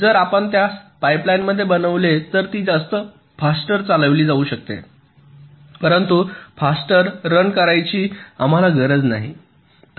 जर आपण त्यास पाईपलाईन बनविली तर ती जास्त फास्टर चालविली जाऊ शकते परंतु फास्टर रन करायची आम्हाला गरज नाही